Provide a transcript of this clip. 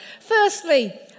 Firstly